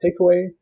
takeaway